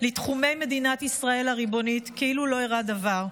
לתחומי מדינת ישראל הריבונית, כאילו לא אירע דבר.